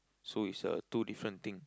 so it's a two different thing